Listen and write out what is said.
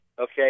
Okay